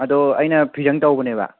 ꯑꯗꯣ ꯑꯩꯅ ꯐꯤꯖꯪ ꯇꯧꯕꯅꯦꯕ